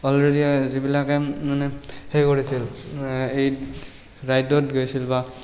already যিবিলাকে মানে সেই কৰিছিল এই ৰাইডত গৈছিল বা